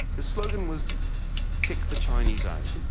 the slogan was kick the chinese out.